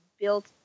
built